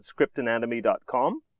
ScriptAnatomy.com